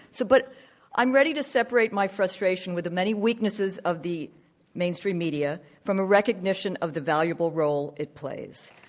so but i'm ready to separate my frustration with the many weaknesses of the mainstream media from a recognition of the valuable role it plays.